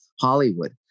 Hollywood